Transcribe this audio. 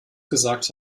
gesagt